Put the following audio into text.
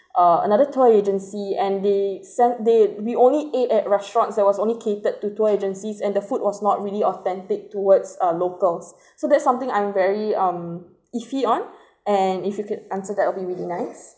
uh another tour agency and they and we only ate at restaurant that was only catered to tour agencies and the food was not really authentic towards um locals so that's something I'm very um iffy on and if you could answer that will be really nice